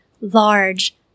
large